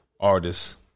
artists